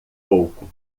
pouco